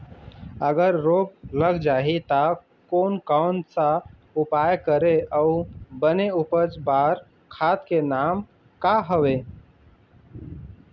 अगर रोग लग जाही ता कोन कौन सा उपाय करें अउ बने उपज बार खाद के नाम का हवे?